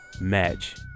match